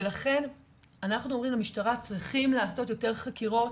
ולכן אנחנו אומרים למשטרה 'צריכים לעשות יותר חקירות,